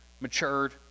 matured